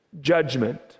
judgment